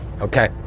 Okay